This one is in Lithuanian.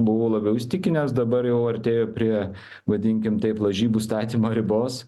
buvo labiau įsitikinęs dabar jau artėju prie vadinkim taip lažybų statymo ribos